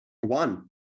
One